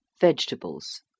vegetables